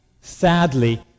sadly